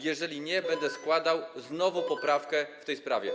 Jeżeli nie, będę składał znowu poprawkę w tej sprawie.